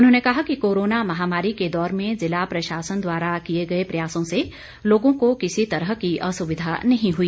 उन्होंने कहा कि कोरोना महामारी के दौर में ज़िला प्रशासन द्वारा किए गए प्रयासों से लोगों को किसी तरह की असुविधा नहीं हुई